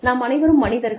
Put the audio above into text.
நாம் அனைவரும் மனிதர்கள்